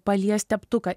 palies teptuką